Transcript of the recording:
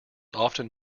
often